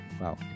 wow